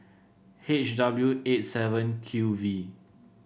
H W eight seven Q V